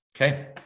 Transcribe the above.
Okay